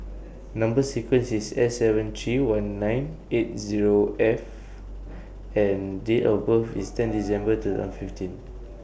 Number sequence IS S seven three one nine eight Zero F and Date of birth IS ten December two and fifteen